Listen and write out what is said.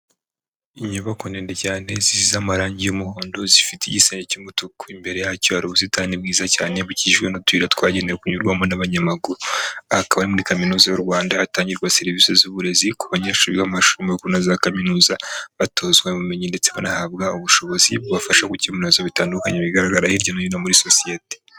Inyubako ndende cyane, zisize amarangi y'umuhondo, zifite igisenge cy'umutuku, imbere yacyo hari ubusitani bwiza cyane, bukikijwe n'utuyira twagenewe kunyurwamo n'abanyamaguru. Aha akaba ari muri Kaminuza y'u Rwanda, ahatangirwa serivisi z'uburezi, ku banyeshuri biga mu mashuri makuru na za kaminuza, batozwa ubumenyi ndetse banahabwa ubushobozi bubafasha gukemura ibibazo bitandukanye bigaragara hirya no hino muri sosiyete.